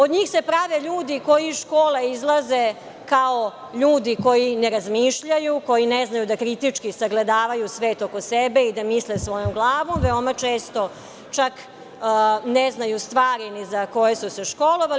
Od njih se prave ljudi koji iz škola izlaze kao ljudi koji ne razmišljaju, koji ne znaju da kritički sagledavaju svet oko sebe i da misle svojom glavom, veoma često, čak ne znaju stvari ni za koje su se školovali.